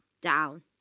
Down